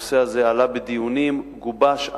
הנושא הזה עלה בדיונים, גובש.